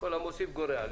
המוסיף גורע.